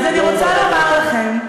אז אני רוצה לומר לכם,